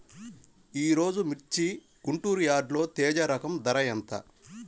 ఈరోజు మిర్చి గుంటూరు యార్డులో తేజ రకం ధర ఎంత?